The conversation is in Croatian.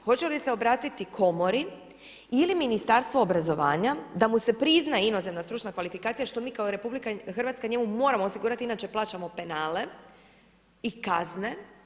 Hoće li se obratiti Komori ili Ministarstvu obrazovanja, da mu se prizna inozemna stručna kvalifikacija što mi kao Republika Hrvatska njemu moramo osigurati inače plaćamo penale i kazne?